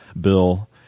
bill